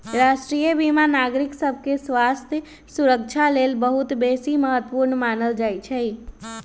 राष्ट्रीय बीमा नागरिक सभके स्वास्थ्य सुरक्षा लेल बहुत बेशी महत्वपूर्ण मानल जाइ छइ